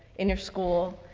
in your school.